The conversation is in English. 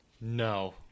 No